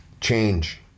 Change